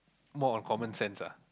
more on common sense ah